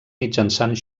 mitjançant